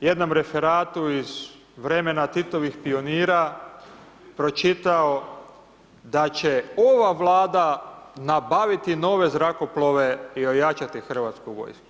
jednom referatu iz vremena Titovih pionira, pročitao da će ova Vlada nabaviti nove zrakoplove i ojačati hrvatsku vojsku.